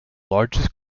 largest